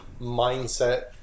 mindset